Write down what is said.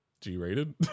G-rated